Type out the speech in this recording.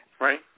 Right